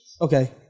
okay